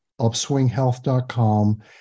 upswinghealth.com